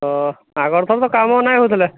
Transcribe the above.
ଓ ଆଗରେ ତ କାମ ନାଇ ହେଉଥିଲା